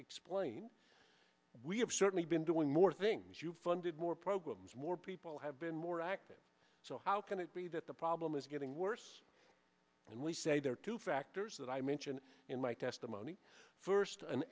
have certainly been doing more things you've funded more programs more people have been more active so how can it be that the problem is getting worse and we say there are two factors that i mentioned in my testimony first an